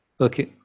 Okay